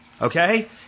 Okay